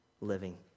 living